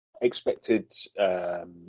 Expected